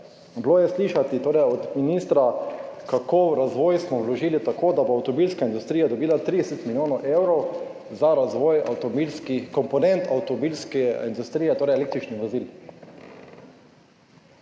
Bilo je slišati od ministra, da smo v razvoj vložili tako, da bo avtomobilska industrija dobila 30 milijonov evrov za razvoj avtomobilskih komponent avtomobilske industrije, torej električnih vozil.